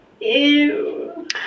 Ew